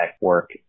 work